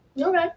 Okay